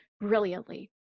brilliantly